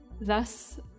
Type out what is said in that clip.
Thus